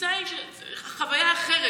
התפיסה היא שזה חוויה אחרת,